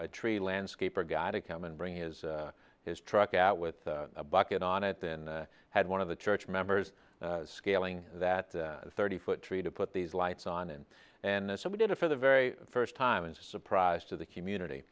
a tree landscaper gotta come and bring his his truck out with a bucket on it then had one of the church members scaling that thirty foot tree to put these lights on in and so we did it for the very first time and surprise to the community